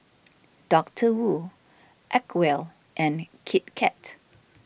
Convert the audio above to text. Doctor Wu Acwell and Kit Kat